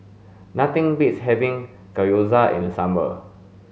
nothing beats having Gyoza in the summer